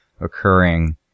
occurring